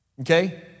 okay